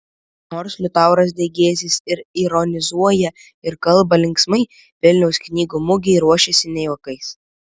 nors liutauras degėsys ir ironizuoja ir kalba linksmai vilniaus knygų mugei ruošiasi ne juokais